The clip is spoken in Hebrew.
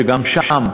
וגם שם,